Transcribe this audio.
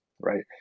right